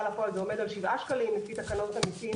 לפועל זה עומד על 7 שקלים ולפי תקנות המסים